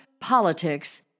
politics